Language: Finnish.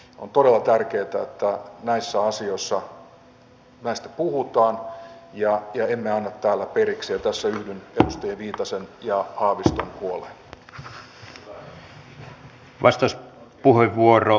on todella tärkeätä että näistä asioista puhutaan ja emme anna täällä periksi ja tässä yhdyn edustaja viitasen ja haaviston huoleen